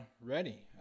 ready